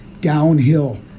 downhill